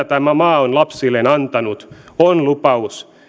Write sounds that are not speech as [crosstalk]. [unintelligible] tämä maa on lapsilleen antanut on lupaus